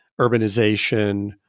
urbanization